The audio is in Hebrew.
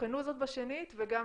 תבחנו זאת בשנית וגם